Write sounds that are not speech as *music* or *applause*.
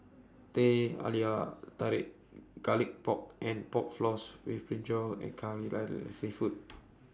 Teh Halia Tarik Garlic Pork and Pork Floss with Brinjal and Kai Lan *unintelligible* Seafood *noise*